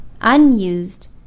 unused